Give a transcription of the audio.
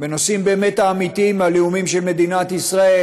בנושאים באמת האמיתיים, הלאומיים, של מדינית ישראל